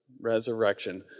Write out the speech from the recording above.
resurrection